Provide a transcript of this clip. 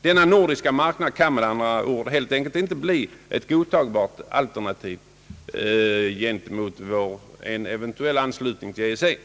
Denna nordiska marknad kan med andra ord helt enkelt inte bli ett godtagbart alternativ till en eventuell anslutning till EEC.